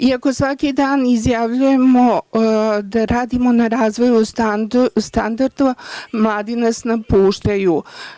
Iako svaki dan izjavljujemo da radimo na razvoju standarda, mladi nas napuštaju.